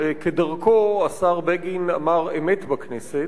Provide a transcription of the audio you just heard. כדרכו, השר בגין אמר אמת בכנסת,